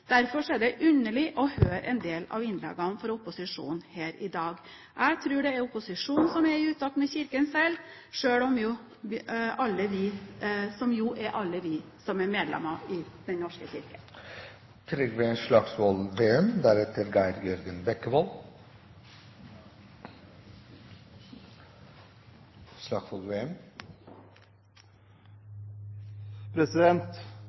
Derfor er det underlig å høre en del av innleggene fra opposisjonen her i dag. Jeg tror det er opposisjonen som er i utakt med Kirken selv, som jo er alle vi som er medlemmer i Den norske